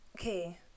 Okay